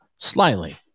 Slightly